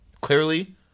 clearly